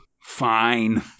Fine